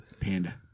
Panda